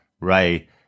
Ray